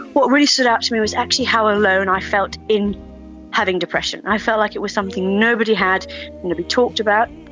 what really stood out to me was actually how alone i felt in having depression. i felt like it was something nobody had, nobody talked about.